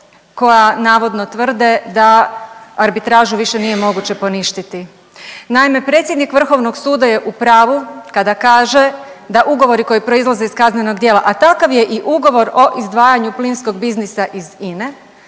koja navodno tvrde da arbitražu više nije moguće poništiti. Naime, predsjednik Vrhovnog suda je u pravu kada kaže da ugovori koji proizlaze iz kaznenog djela, a takav je i ugovor o izdvajanju plinskog biznisa iz Ine